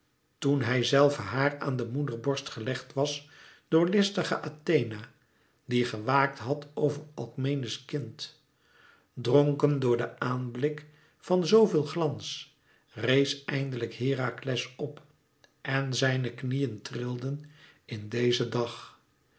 toen hijzelve haar aan de moederborst gelegd was door listige athena die gewàakt had over alkmene's kind dronken door den aanblik van zoo veel glans rees eindelijk herakles op en zijne knieën trilden in dezen dag